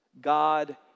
God